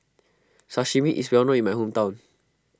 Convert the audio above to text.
Sashimi is well known in my hometown